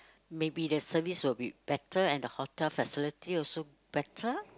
maybe their service will be better and the hotel facility also better